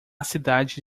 cidade